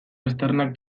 aztarnak